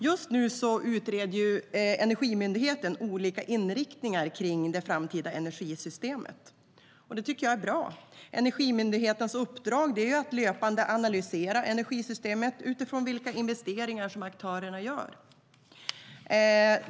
Just nu utreder Energimyndigheten olika inriktningar kring det framtida energisystemet. Det tycker jag är bra. Energimyndighetens uppdrag är att löpande analysera energisystemet utifrån vilka investeringar som aktörerna gör.